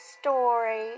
story